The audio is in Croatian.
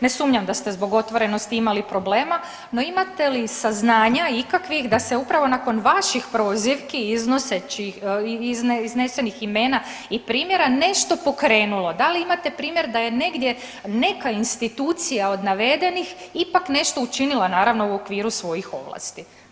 Ne sumnjam da ste zbog otvorenosti imali problema, no imate li saznanja ikakvih da se upravo nakon vaših prozivki iznesenih imena i primjera nešto pokrenulo, da li imate primjer da je negdje neka institucija od navedenih ipak nešto učinila naravno u okviru svojih ovlasti?